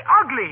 ugly